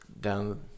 down